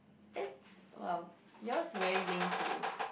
that's !wow! yours very link to